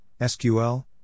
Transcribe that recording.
SQL